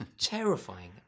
Terrifying